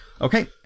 Okay